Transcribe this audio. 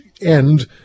end